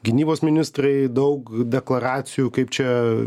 gynybos ministrai daug deklaracijų kaip čia